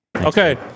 Okay